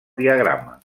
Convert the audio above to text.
diagrama